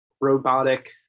robotic